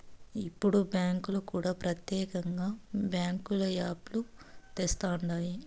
ఇప్పుడు బ్యాంకులు కూడా ప్రత్యేకంగా బ్యాంకుల యాప్ లు తెస్తండాయి